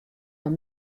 men